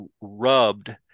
rubbed